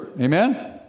Amen